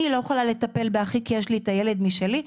אני לא יכולה לטפל באחי כי יש לי ילד משלי,